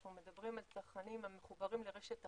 אנחנו מדברים על צרכנים המחוברים לרשת החלוקה,